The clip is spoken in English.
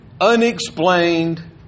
unexplained